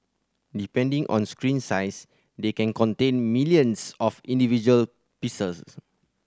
depending on screen size they can contain millions of individual pixels